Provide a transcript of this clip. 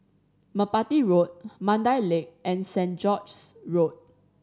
Merpati Road Mandai Lake and Saint George's Road